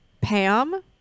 Pam